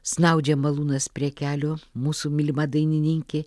snaudžia malūnas prie kelio mūsų mylima dainininkė